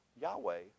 Yahweh